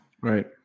Right